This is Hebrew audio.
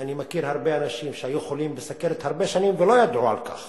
אני מכיר הרבה אנשים שהיו חולים בסוכרת הרבה שנים ולא ידעו על כך